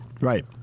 Right